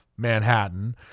Manhattan